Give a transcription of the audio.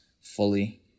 fully